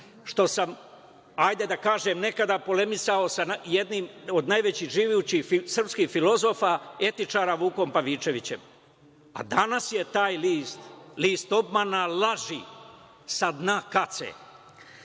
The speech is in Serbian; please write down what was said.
što sam, hajde da kažem, nekada polemisao sa jednim od najvećih srpskih filozofa, etičara, Vukom Pavičevićem. A danas je taj list list obmana, laži sa dna